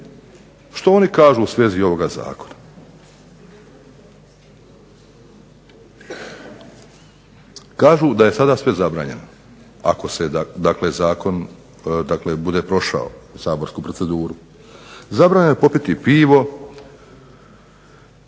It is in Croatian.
Što oni kažu u svezi ovoga zakona? Kažu da je sada sve zabranjeno. Ako se dakle zakon dakle bude prošao saborsku proceduru. Zabranjeno je popiti pivo,